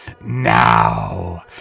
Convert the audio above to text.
Now